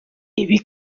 ibi